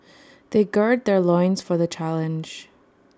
they gird their loins for the challenge